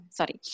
Sorry